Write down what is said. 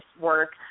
work